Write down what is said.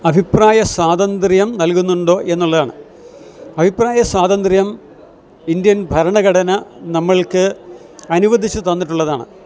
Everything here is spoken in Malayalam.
അഭിപ്രായ സ്വാതന്ത്ര്യം നൽകുന്നുണ്ടോ എന്നുള്ളതാണ് അഭിപ്രായ സ്വാതന്ത്ര്യം ഇന്ത്യൻ ഭരണഘടന നമ്മൾക്ക് അനുവദിച്ച് തന്നിട്ടുള്ളതാണ്